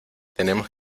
tenemos